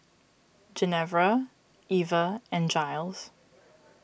Genevra Eva and Jiles